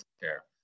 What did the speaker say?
care